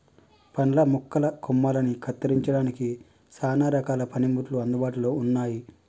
పండ్ల మొక్కల కొమ్మలని కత్తిరించడానికి సానా రకాల పనిముట్లు అందుబాటులో ఉన్నాయి